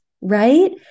right